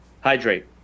Hydrate